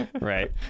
Right